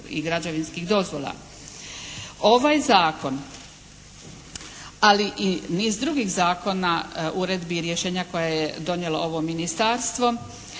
i građevinskih dozvola. Ovaj zakon, ali i niz drugih zakona, uredbi i rješenja koje je donijelo ovo ministarstvo,